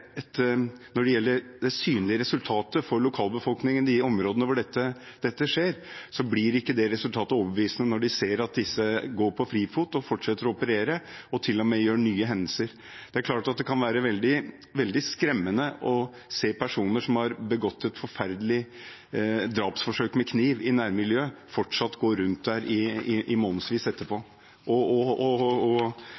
gjelder det synlige resultatet for lokalbefolkningen i områdene hvor dette skjer, blir ikke resultatet overbevisende når de ser at disse er på frifot og fortsetter å operere og til og med er involvert i nye hendelser. Det er klart at det kan være veldig skremmende å se personer som har begått et forferdelig drapsforsøk med kniv i nærmiljøet, fortsatt gå rundt der i